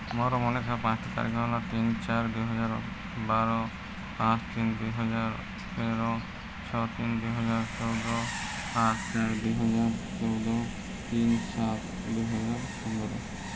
ମୋର ମନେ ଥିବା ପାଞ୍ଚୋଟି ତାରିଖ ହେଲା ତିନି ଚାରି ଦୁଇହଜାର ବାର ପାଞ୍ଚ ତିନି ଦୁଇହଜାର ତେର ଛଅ ତିନି ଦୁଇହଜାର ଚଉଦ ପାଞ୍ଚ ଚାରି ଦୁଇହଜାର ଚଉଦ ତିନି ସାତ ଦୁଇହଜାର ପନ୍ଦର